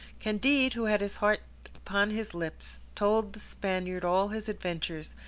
candide, who had his heart upon his lips, told the spaniard all his adventures,